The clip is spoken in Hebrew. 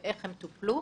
איך הם טופלו,